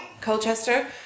Colchester